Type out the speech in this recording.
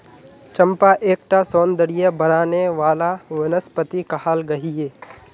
चंपा एक टा सौंदर्य बढाने वाला वनस्पति कहाल गहिये